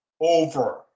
over